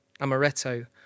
amaretto